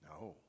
No